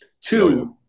Two